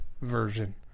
version